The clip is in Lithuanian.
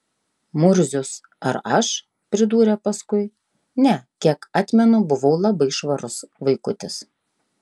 murzius ar aš pridūrė paskui ne kiek atmenu buvau labai švarus vaikutis